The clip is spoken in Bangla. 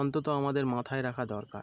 অন্তত আমাদের মাথায় রাখা দরকার